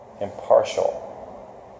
impartial